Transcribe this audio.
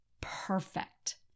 Perfect